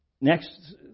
next